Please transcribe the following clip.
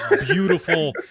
beautiful